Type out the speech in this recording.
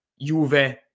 Juve